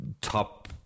top